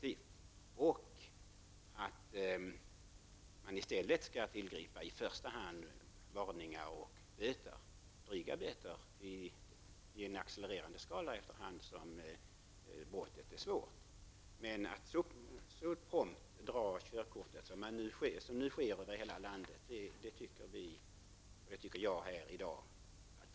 I första hand bör man tillgripa varningar och utdöma böter, gärna dryga böter i en accelererande skala beroende på brottets svårighetsgrad. Men att man så prompt drar in körkortet som nu sker i det här landet tycker jag är för drastiskt.